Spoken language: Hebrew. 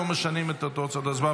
לא משנים את תוצאות ההצבעה,